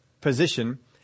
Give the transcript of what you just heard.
position